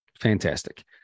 fantastic